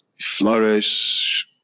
flourish